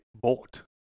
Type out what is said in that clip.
bought